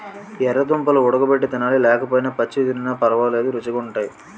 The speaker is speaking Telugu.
యెర్ర దుంపలు వుడగబెట్టి తినాలి లేకపోయినా పచ్చివి తినిన పరవాలేదు రుచీ గుంటయ్